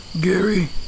Gary